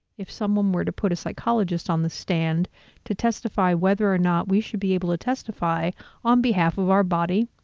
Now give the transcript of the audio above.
if someone were to put a psychologist on the stand to testify whether or not we should be able to testify on behalf of our body,